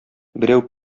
берәү